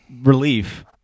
relief